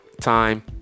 time